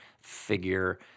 figure